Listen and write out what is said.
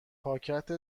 پاکت